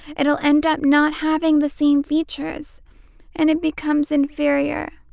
it'll end up not having the same features and it becomes inferior.